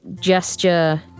gesture